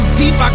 deep